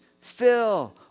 fill